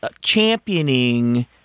championing